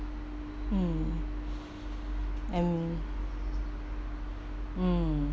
mm and mm